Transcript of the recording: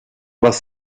was